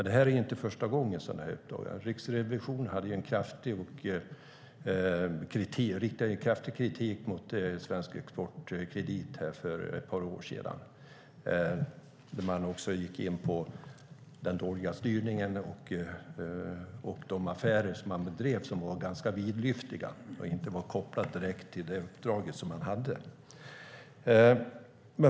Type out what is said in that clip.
Det är dock inte första gången detta uppdagas - Riksrevisionen riktade kraftig kritik mot Svensk Exportkredit för ett par år sedan, där man också gick in på den dåliga styrningen och de affärer som bedrevs. De var ganska vidlyftiga och inte kopplade direkt till det uppdrag man hade.